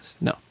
No